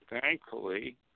thankfully